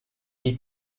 die